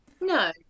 No